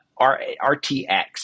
RTX